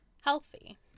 healthy